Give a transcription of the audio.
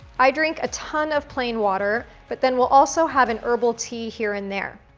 i drink a ton of plain water but then will also have an herbal tea here and there.